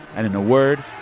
and, in a word,